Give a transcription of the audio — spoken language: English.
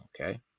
Okay